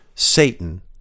Satan